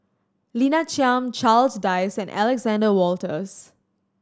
Lina Chiam Charles Dyce and Alexander Wolters